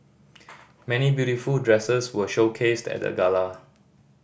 many beautiful dresses were showcased at the gala